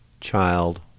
child